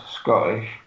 Scottish